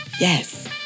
yes